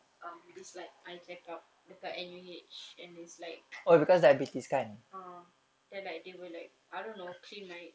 um this like eye checkup dekat N_U_H and it's like ah then like they will like I don't know clean my